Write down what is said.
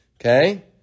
Okay